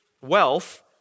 wealth